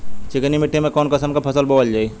चिकनी मिट्टी में कऊन कसमक फसल बोवल जाई?